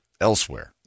elsewhere